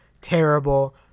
terrible